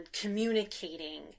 communicating